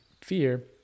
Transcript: fear